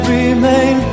remain